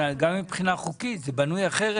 גם מבחינה חוקית זה בנוי אחרת.